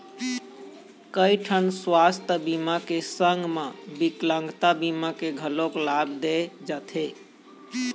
कइठन सुवास्थ बीमा के संग म बिकलांगता बीमा के घलोक लाभ दे जाथे